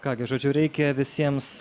ką gi žodžiu reikia visiems